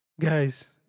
Guys